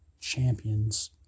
champions